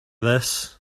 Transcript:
this